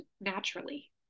naturally